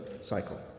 cycle